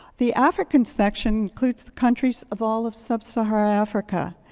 the african section includes the countries of all of sub-sahara africa.